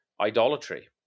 idolatry